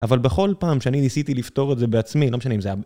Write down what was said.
אבל בכל פעם שאני ניסיתי לפתור את זה בעצמי, לא משנה אם זה היה...